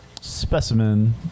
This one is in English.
specimen